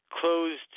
closed